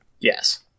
yes